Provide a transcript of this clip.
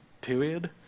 period